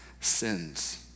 sins